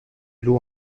l’eau